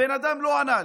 הבן אדם לא ענה לי.